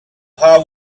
how